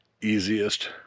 easiest